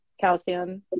calcium